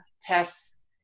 tests